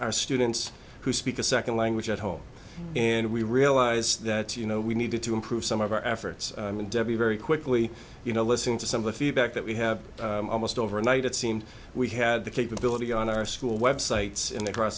our students who speak a second language at home and we realize that you know we needed to improve some of our efforts very quickly you know listening to some of the feedback that we have almost overnight it seemed we had the capability on our school websites in across